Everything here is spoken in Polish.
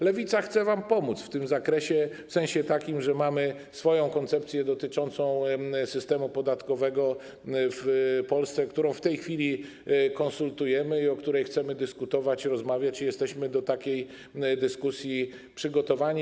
Lewica chce wam pomóc w tym zakresie, w takim sensie, że mamy swoją koncepcję dotyczącą systemu podatkowego w Polsce, którą w tej chwili konsultujemy i o której chcemy dyskutować, rozmawiać i jesteśmy do takiej dyskusji przygotowani.